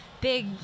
big